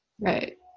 Right